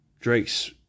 Drake's